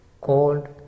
cold